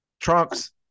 Trunks